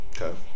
Okay